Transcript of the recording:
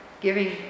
giving